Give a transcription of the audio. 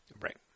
right